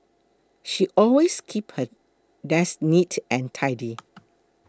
she always keeps her desk neat and tidy